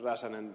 räsänen